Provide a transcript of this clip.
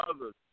others